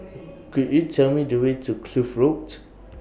Could YOU Tell Me The Way to Kloof Road